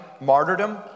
martyrdom